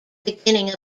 beginning